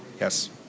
Yes